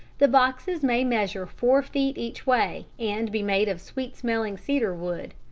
the boxes may measure four feet each way and be made of sweet-smelling cedar wood.